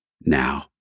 now